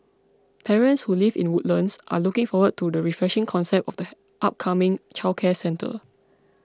parents who live in Woodlands are looking forward to the refreshing concept of the upcoming childcare centre